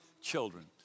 children